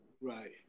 Right